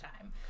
time